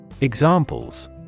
Examples